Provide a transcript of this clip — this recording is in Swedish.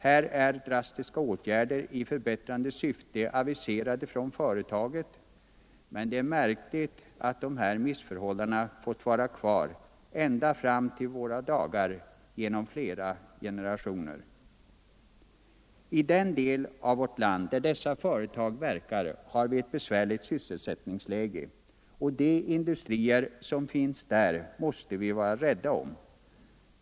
Här är drastiska åtgärder i förbättrande syfte aviserade av företaget, men det är märkligt att de missförhållandena fått vara kvar ända fram till våra dagar, genom flera generationer. I den del av vårt land där dessa företag verkar har vi ett besvärligt sysselsättningsläge, och de industrier som finns där måste vi vara rädda om.